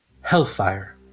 Hellfire